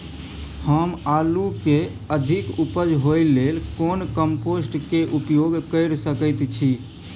हम आलू के अधिक उपज होय लेल कोन कम्पोस्ट के उपयोग कैर सकेत छी?